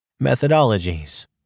Methodologies